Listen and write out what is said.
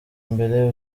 mbere